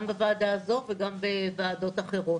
גם בוועדה הזו וגם בוועדות אחרות.